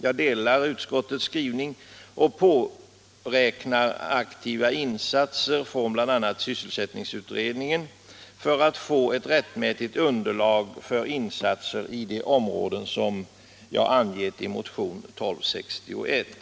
Jag delar utskottets uppfattning och påräknar aktiva insatser från bl.a. sysselsättningsutredningen för att man skall kunna få ett riktigt underlag för insatser i de områden som jag angett i motionen 1261.